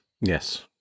Yes